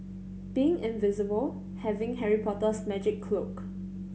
being invisible having Harry Potter's magic cloak